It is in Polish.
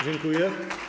Dziękuję.